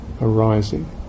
arising